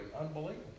unbelievable